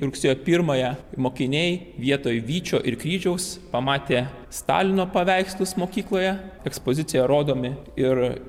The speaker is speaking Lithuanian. rugsėjo pirmąją mokiniai vietoj vyčio ir kryžiaus pamatė stalino paveikslus mokykloje ekspozicije rodomi ir